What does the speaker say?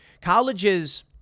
Colleges